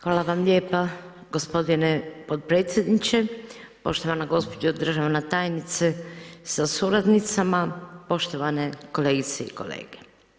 Hvala vam lijepa gospodine potpredsjedniče, poštovana gospođo državna tajnice sa suradnicama, poštovane kolegice i kolege.